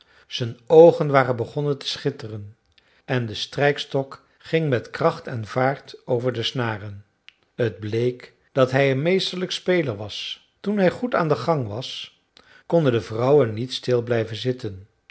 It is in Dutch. zijn oogen waren begonnen te schitteren en de strijkstok ging met kracht en vaart over de snaren t bleek dat hij een meesterlijk speler was toen hij goed aan den gang was konden de vrouwen niet stil blijven zitten